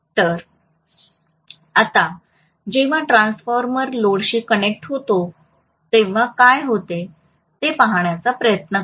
तर आता जेव्हा ट्रान्सफॉर्मर लोडशी कनेक्ट होते तेव्हा काय होते ते पाहण्याचा प्रयत्न करूया